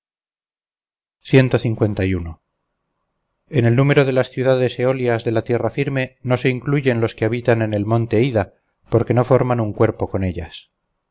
admitieron por ciudadanos suyos en el número de las ciudades eolias de la tierra firme no se incluyen los que habitan en el monte ida porque no forman un cuerpo con ellas